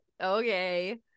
Okay